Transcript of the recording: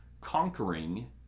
Conquering